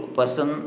person